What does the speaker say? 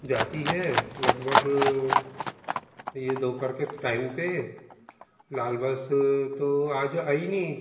जाती हैं लगभग ये दोपहर के टाइम पे लाल बस तो आज आई नहीं